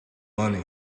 money